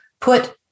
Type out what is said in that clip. put